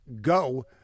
go